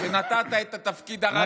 שנתת את התפקיד הרגיש הזה,